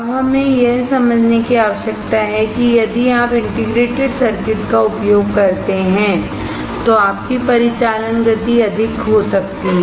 अब हमें यह समझने की आवश्यकता है कि यदि आप इंटीग्रेटेड सर्किट का उपयोग करते हैं तो आपकी परिचालन गति अधिक हो सकती है